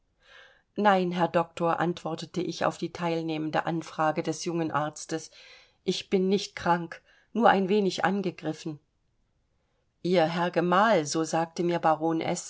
nein herr doktor antwortete ich auf die teilnehmende anfrage des jungen arztes ich bin nicht krank nur ein wenig angegriffen ihr herr gemahl so sagte mir baron